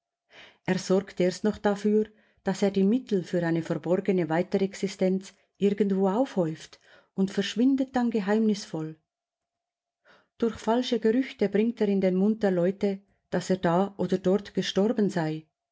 er sorgt erst noch dafür daß er die mittel für eine verborgene weiterexistenz irgendwo aufhäuft und verschwindet dann geheimnisvoll durch falsche gerüchte bringt er in den mund der leute daß er da oder dort gestorben sei